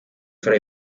fra